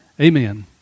Amen